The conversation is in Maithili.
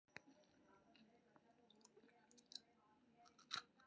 वर्टिकल फार्मिंग मे नियंत्रित वातावरण मे खेती कैल जाइ छै